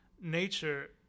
nature